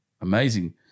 amazing